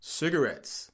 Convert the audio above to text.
cigarettes